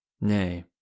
Nay